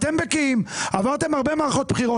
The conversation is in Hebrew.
אתם בקיאים, עברתם הרבה מערכות בחירות.